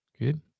Good